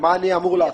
מה אני אמור לעשות?